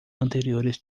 anteriores